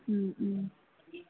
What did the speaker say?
മ്മ് മ്മ്